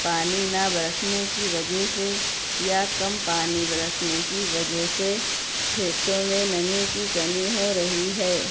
پانی نہ برسنے کی وجہ سے یا کم پانی برسنے کی وجہ سے کھیتوں میں نمی کی کمی ہو رہی ہے